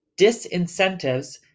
disincentives